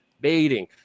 baiting